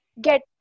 get